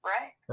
Right